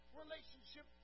relationship